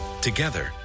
Together